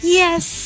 yes